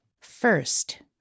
First